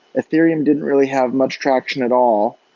ethereum didn't really have much traction at all,